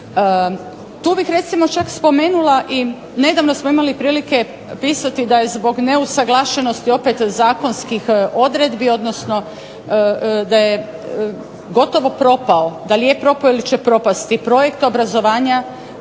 Tu bih recimo čak spomenula i nedavno smo imali prilike pisati da je zbog neusuglašenosti opet zakonskih odredbi, odnosno da je gotovo propao, da li je propao ili će propasti projekt obrazovanja